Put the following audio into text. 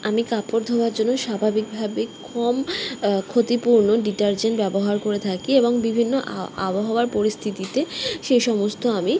আমি কাপড় ধোয়ার জন্য স্বাভাবিকভাবে কম ক্ষতিপূর্ণ ডিটারজেন্ট ব্যবহার করে থাকি এবং বিভিন্ন আ আবহাওয়ার পরিস্থিতিতে সেই সমস্ত আমি